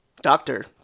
doctor